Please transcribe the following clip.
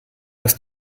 ist